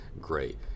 great